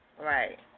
Right